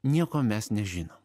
nieko mes nežinom